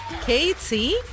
Katie